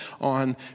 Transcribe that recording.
on